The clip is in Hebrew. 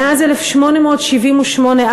מאז 1878,